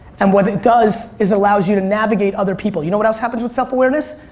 and what it does is allows you to navigate other people. you know what else happens with self-awareness?